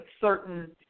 certain